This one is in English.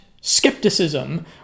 skepticism